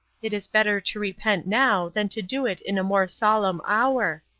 it is better to repent now, than to do it in a more solemn hour.